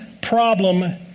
problem